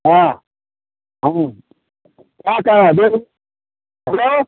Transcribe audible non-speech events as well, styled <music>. हाँ हाँ जी क्या कह रहे <unintelligible> हैलो